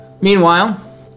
Meanwhile